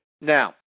Now